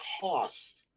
cost